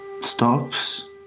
stops